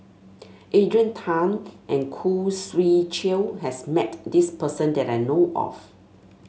Adrian Tan and Khoo Swee Chiow has met this person that I know of